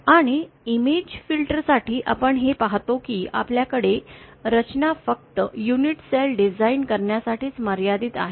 आणि image filter साठी आपण हे पाहतो की आपल्याकडे रचना फक्त युनिट सेल डिझाइन करण्यासाठीच मर्यादित आहे